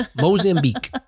Mozambique